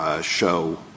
show